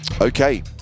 Okay